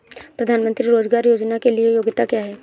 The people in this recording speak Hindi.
प्रधानमंत्री रोज़गार योजना के लिए योग्यता क्या है?